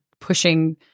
pushing